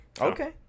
Okay